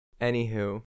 Anywho